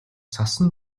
цасан